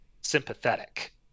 sympathetic